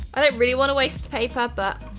i don't really want to waste the paper but.